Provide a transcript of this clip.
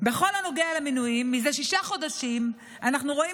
בכל הנוגע למינויים: זה שישה חודשים אנחנו רואים